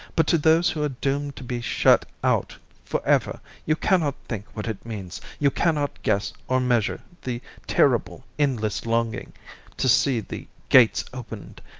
but to those who are doomed to be shut out for ever you cannot think what it means, you cannot guess or measure the terrible endless longing to see the gates opened,